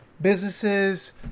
businesses